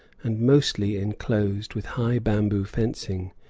and mostly enclosed with high bamboo fencing,